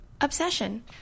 obsession